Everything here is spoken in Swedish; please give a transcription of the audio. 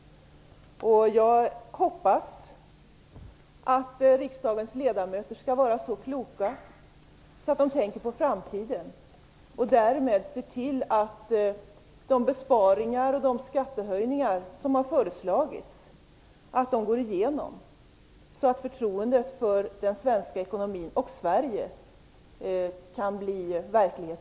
Jag hoppas att riksdagens ledamöter är kloka nog att tänka på framtiden och att de ser till att besparingar och skattehöjningar som föreslagits också går igenom, så att förtroendet för den svenska ekonomin och för Sverige återigen kan bli verklighet.